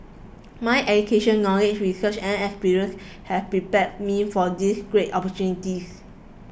my education knowledge research and experience have prepared me for this great opportunities